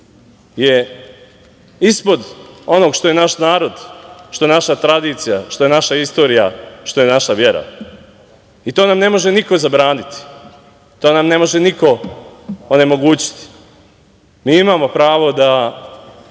je ispod onog što je naš narod, što je naša tradicija, što je naša istorija, što je naša vera. I to nam ne može niko zabraniti, to nam ne može niko onemogućiti. Mi imamo pravo da